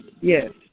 Yes